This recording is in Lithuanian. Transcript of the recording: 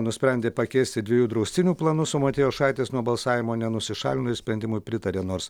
nusprendė pakeisti dviejų draustinių planus matijošaitis nuo balsavimo nenusišalino ir sprendimui pritarė nors